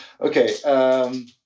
Okay